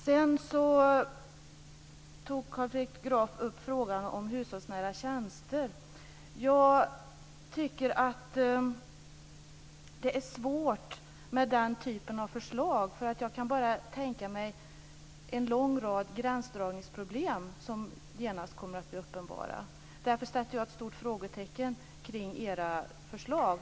Sedan tog Carl Fredrik Graf upp frågan om hushållsnära tjänster. Jag tycker att det är svårt med den typen av förslag. Jag kan bara tänka mig en lång rad gränsdragningsproblem som genast kommer att bli uppenbara. Därför sätter jag ett stort frågetecken för era förslag.